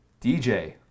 DJ